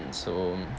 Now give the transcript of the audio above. and so